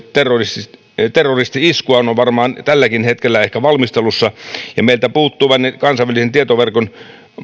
terroristi terroristi iskua on on tälläkin hetkellä ehkä valmistelussa ja meiltä puuttuvat ne kansainvälisen tietoverkon